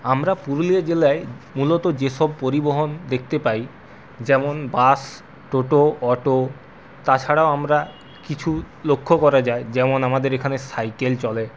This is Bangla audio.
আমরা পুরুলিয়া জেলায় মূলত যেসব পরিবহন দেখতে পাই যেমন বাস টোটো অটো তাছাড়াও আমরা কিছু লক্ষ্য করা যায় যেমন আমাদের এখানে সাইকেল চলে